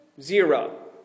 zero